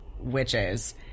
witches